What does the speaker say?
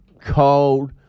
cold